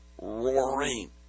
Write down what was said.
roaring